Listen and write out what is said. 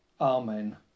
Amen